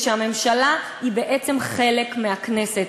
ושהממשלה היא בעצם חלק מהכנסת.